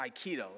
Aikido